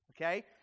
okay